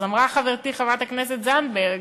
אז אמרה חברתי חברת הכנסת זנדברג: